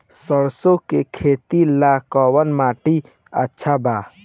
सरसों के खेती ला कवन माटी अच्छा बा?